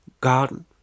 Garden